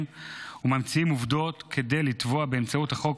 וממציאים עובדות כדי לתבוע באמצעות החוק